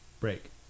Break